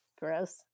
Gross